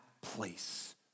place